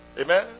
Amen